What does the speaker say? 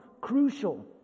crucial